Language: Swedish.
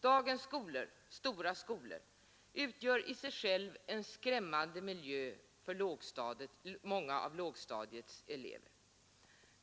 Dagens stora skolor utgör i sig själva en skrämmande miljö för många av lågstadiets elever.